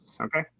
okay